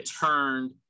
turned